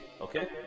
okay